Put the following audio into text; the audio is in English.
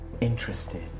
interested